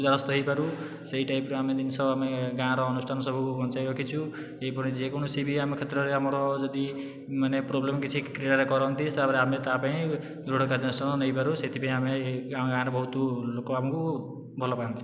ଦ୍ଵାରସ୍ଥ ହୋଇପାରୁ ସେହି ଟାଇପ୍ର ଜିନିଷ ଆମେ ଗାଁର ଅନୁଷ୍ଠାନ ସବୁ ବଞ୍ଚାଇ ରଖିଛୁ ଏପରି ଯେକୌଣସି ବି ଆମ କ୍ଷେତ୍ରରେ ଆମର ଯଦି ମାନେ ପ୍ରୋବ୍ଲେମ୍ କିଛି କ୍ରୀଡ଼ାରେ କରନ୍ତି ତା' ପାଇଁ ଦୃଢ଼ କାର୍ଯ୍ୟାନୁଷ୍ଠାନ ନେଇପାରୁ ସେଥିପାଇଁ ଆମେ ଆମ ଗାଁର ବହୁତ ଲୋକ ଆମକୁ ଭଲପାଆନ୍ତି